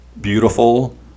beautiful